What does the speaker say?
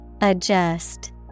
Adjust